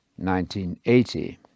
1980